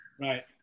Right